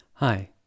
Hi